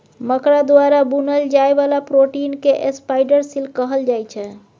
मकरा द्वारा बुनल जाइ बला प्रोटीन केँ स्पाइडर सिल्क कहल जाइ छै